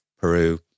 Peru